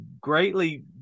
greatly